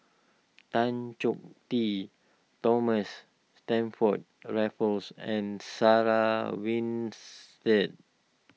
Tan Choh Tee Thomas Stamford Raffles and Sarah Winstedt